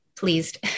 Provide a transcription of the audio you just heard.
pleased